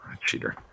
Cheater